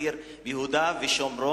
מכיר ביהודה ושומרון,